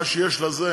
מה שיש לה זה